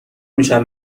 میشم